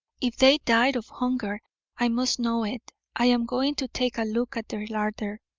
if they died of hunger i must know it. i am going to take a look at their larder.